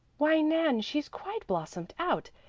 why nan, she's quite blossomed out.